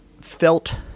felt